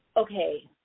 Okay